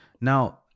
Now